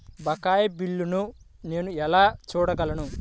బకాయి బిల్లును నేను ఎలా చూడగలను?